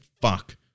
fuck